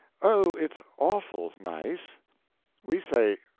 oh, it's awful nice we say,